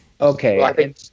Okay